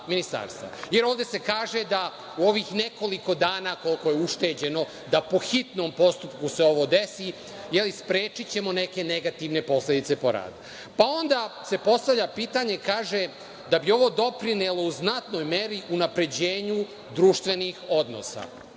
Ovde se kaže da u ovih nekoliko dana, koliko je ušteđeno, da po hitnom postupku se ovo desi, jer sprečićemo neke negativne posledice po narod. Onda se postavlja pitanje, kaže, da bi ovo doprinelo u znatnoj meri unapređenju društvenih odnosa.